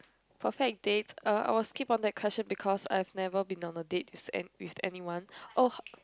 perfect date uh I'll skip on that question because I've never been on a date with an~ with anyone oh